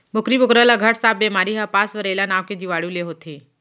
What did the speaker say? बोकरी बोकरा ल घट सांप बेमारी ह पास्वरेला नांव के जीवाणु ले होथे